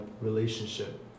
relationship